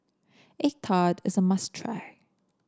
egg tart is a must try